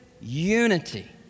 unity